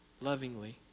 lovingly